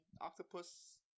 octopus